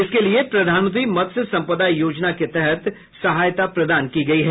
इसके लिए प्रधानमंत्री मत्स्य संपदा योजना के तहत सहायता प्रदान की गई है